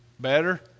Better